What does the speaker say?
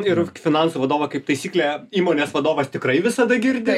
ir finansų vadovą kaip taisyklė įmonės vadovas tikrai visada girdi